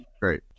great